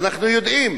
ואנחנו יודעים,